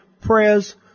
prayers